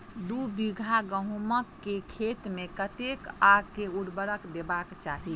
दु बीघा गहूम केँ खेत मे कतेक आ केँ उर्वरक देबाक चाहि?